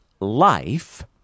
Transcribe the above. life